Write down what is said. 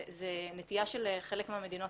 זה הנטייה של חלק מהמדינות